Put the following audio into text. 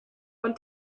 von